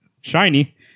shiny